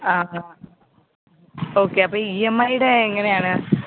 ആ ആ ഓക്കെ അപ്പോൾ ഈ ഇ എം ഐയുടെ എങ്ങനെയാണ്